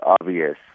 obvious